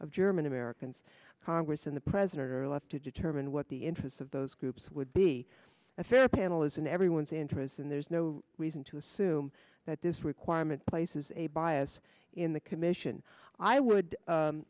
of german americans congress and the president are left to determine what the interests of those groups would be a fair panel is in everyone's interests and there's no reason to assume that this requirement places a bias in the commission i would